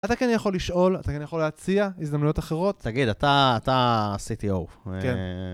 אתה כן יכול לשאול, אתה כן יכול להציע הזדמנויות אחרות. תגיד, אתה CTO. כן.